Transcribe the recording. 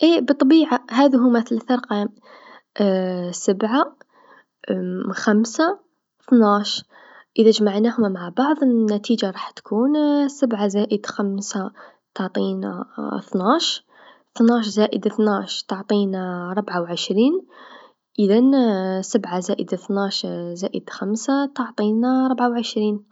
إيه بالطبيعه هاذو هوما ثلاث أرقام سبعا خمسا، أثناش، إذا جمعناهم مع بعض النتيجه راح تكون سبعا زائد خمسا تعطينا اثناش، أثناش زائد أثناش تعطينا ربعا و عشرين، إذا سبعا زائد أثناش زائد خمسا تعطينا ربعا و عشرين.